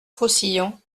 faucillon